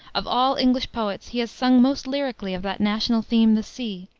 of all english poets he has sung most lyrically of that national theme, the sea,